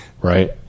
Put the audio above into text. right